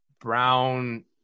brown